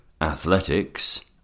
athletics